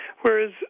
whereas